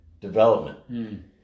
development